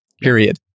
period